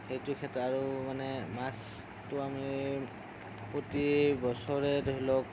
সেইটো ক্ষেত্ৰত আৰু মানে মাছটো আমি প্ৰতি বছৰে ধৰিলওক